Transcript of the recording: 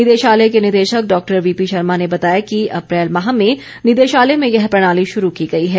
निदेशालय के निदेशक डॉ वीपीशर्मा ने बताया कि अप्रैल माह में निदेशालय में यह प्रणाली शुरू की गई है